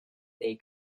they